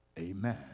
amen